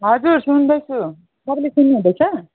हजुर सुन्दैछु तपाईँले सुन्नुहुँदैछ